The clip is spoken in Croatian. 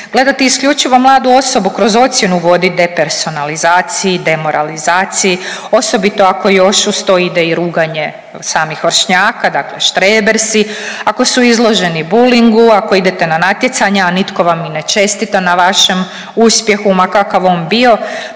Gledati isključivo mladu osobu kroz ocjenu vodi depersonalizaciji, demoralizaciji, osobito ako još uz to ide i ruganje samih vršnjaka dakle štreber si, ako su izloženi bullyngu, ako idete na natjecanja, a nitko vam i ne čestita na vašem uspjehu ma kakav on bio.